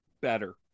Better